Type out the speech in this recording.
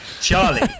Charlie